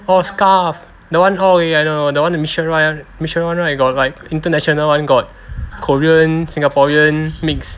orh skarf that [one] oh ya I know that mission right mission [one] you got like international [one] got korean singaporean mixed